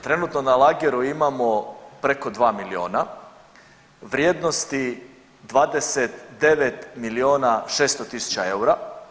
Trenutno na lageru imamo preko 2 milijuna vrijednosti 29 milijuna 600 tisuća eura.